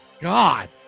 God